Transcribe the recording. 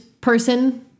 person